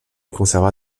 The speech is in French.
conserva